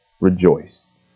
rejoice